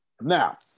Now